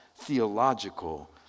theological